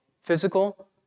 physical